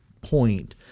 point –